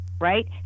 right